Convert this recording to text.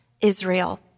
Israel